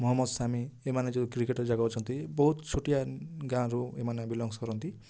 ମହମ୍ମଦ ସାମୀ ଏମାନେ ଯେଉଁ କ୍ରିକେଟ୍ର ଯାକ ଅଛନ୍ତି ବହୁତ ଛୋଟିଆ ଗାଁରୁ ଏମାନେ ବିଲଙ୍ଗସ୍ କରନ୍ତି